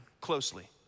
closely